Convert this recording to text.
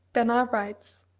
bernard writes